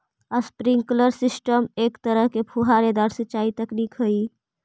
sprinkler system एक तरह के फुहारेदार सिंचाई तकनीक हइ